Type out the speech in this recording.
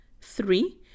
Three